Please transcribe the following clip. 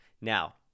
Now